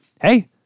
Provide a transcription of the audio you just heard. hey